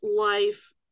life